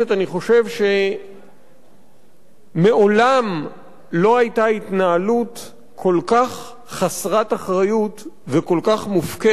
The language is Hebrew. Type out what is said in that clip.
אני חושב שמעולם לא היתה התנהלות כל כך חסרת אחריות וכל כך מופקרת,